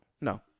No